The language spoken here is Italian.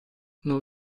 non